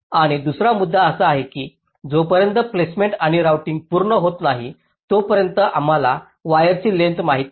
आणि दुसरा मुद्दा असा आहे की जोपर्यंत प्लेसमेंट आणि राउटिंग पूर्ण होत नाही तोपर्यंत आम्हाला वायरची लेंग्थस माहित नाही